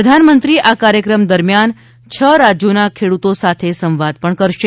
પ્રધાનમંત્રી આ કાર્યક્રમ દરમ્યાન છ રાજ્યોના ખેડૂતો સાથે સંવાદ પણ કરશે